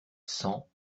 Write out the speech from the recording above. cent